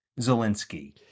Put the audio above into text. Zelensky